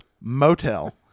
motel